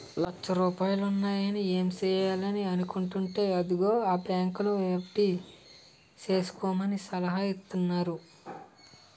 లచ్చ రూపాయలున్నాయి ఏం సెయ్యాలా అని అనుకుంటేంటే అదిగో ఆ బాంకులో ఎఫ్.డి సేసుకోమని సలహా ఇత్తన్నారు